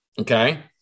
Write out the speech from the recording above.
Okay